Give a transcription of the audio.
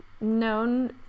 known